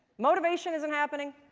motivation isn't happening,